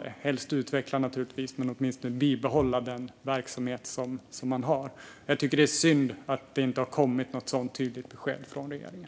bibehålla - helst utveckla, naturligtvis, men åtminstone bibehålla - den verksamhet som de har. Jag tycker att det är synd att det inte har kommit något tydligt sådant besked från regeringen.